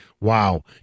wow